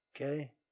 Okay